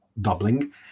doubling